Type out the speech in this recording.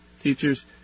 Teachers